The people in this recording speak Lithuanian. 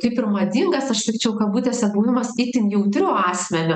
kaip ir madingas aš sakyčiau kabutėse buvimas itin jautriu asmeniu